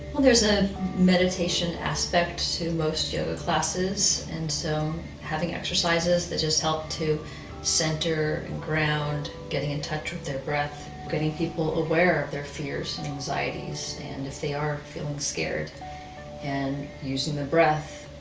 well there's a meditation aspect to most yoga classes and so having exercises that just help to center and ground, getting in touch with their breath, getting people aware of their fears and anxieties. and if they are feeling scared and using their breath,